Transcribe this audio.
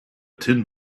tin